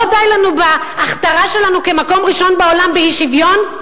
לא די לנו בהכתרה שלנו כמקום ראשון בעולם באי-שוויון,